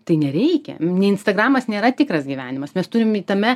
tai nereikia ne instagramas nėra tikras gyvenimas mes turim tame